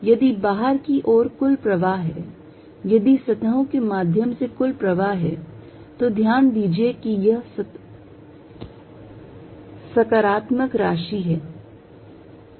यदि बाहर की ओर कुल प्रवाह है यदि सतहों के माध्यम से कुल प्रवाह है तो ध्यान दीजिए कि यह सकारात्मक राशि है